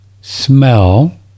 smell